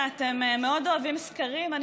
כנסת, 42 מתנגדים, שלושה נמנעו.